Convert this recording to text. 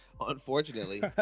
unfortunately